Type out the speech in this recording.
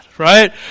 Right